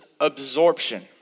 absorption